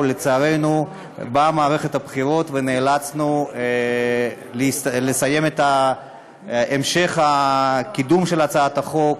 ולצערנו באה מערכת הבחירות ונאלצנו לסיים את המשך קידום הצעת החוק.